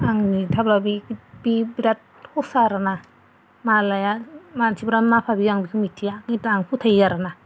आंनिब्ला बे बिराद सैथो आरोना मालाया मानसिफ्रा मा सानो आं मिथिया किन्तु आं फोथायो आरोना